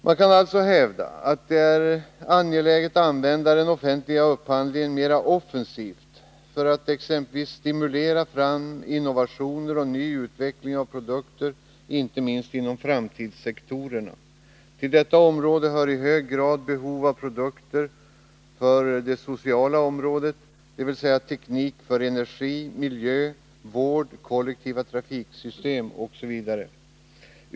Man kan alltså hävda att det är angeläget att använda den offentliga upphandlingen mer offensivt — för att exempelvis stimulera fram innovationer och ny utveckling av produkter inte minst inom framtidssektorerna. För dessa gäller att det i hög grad finns behov av produkter för det sociala området, dvs. teknik för energi, miljö, vård, kollektiva trafiksystem osv.